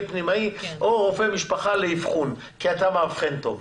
פנימאי או רופא משפחה לאבחון כי הוא מאבחן טוב.